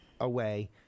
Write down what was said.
away